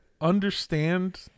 understand